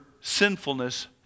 sinfulness